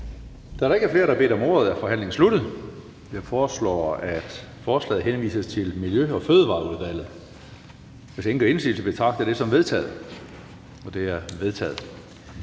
Da der ikke er flere, der har bedt om ordet, er forhandlingen sluttet. Jeg foreslår, at forslaget til folketingsbeslutning henvises til Miljø- og Fødevareudvalget. Hvis ingen gør indsigelse, betragter jeg dette som vedtaget. Det er vedtaget.